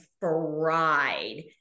fried